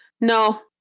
No